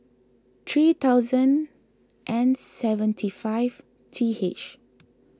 three thousand and seventy five T H